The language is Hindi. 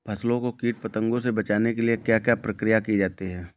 फसलों को कीट पतंगों से बचाने के लिए क्या क्या प्रकिर्या की जाती है?